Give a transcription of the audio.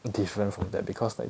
different from that because like